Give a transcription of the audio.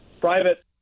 private